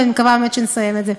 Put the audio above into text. ואני באמת מקווה שנסיים את זה.